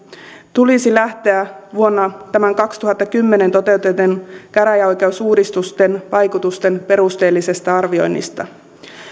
tulisi lähteä näiden vuonna kaksituhattakymmenen toteutettujen käräjäoikeusuudistusten vaikutusten perusteellisesta arvioinnista